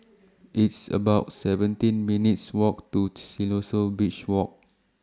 It's about seventeen minutes' Walk to Siloso Beach Walk